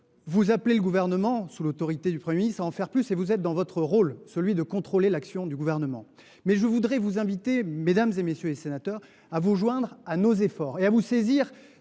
Vous appelez le Gouvernement, sous l’autorité du Premier ministre, à en faire plus, et vous êtes là dans votre rôle, celui de contrôler l’action du Gouvernement. Mais je veux vous inviter, mesdames, messieurs les sénateurs, à vous joindre à nos efforts et à vous saisir